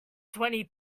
twenty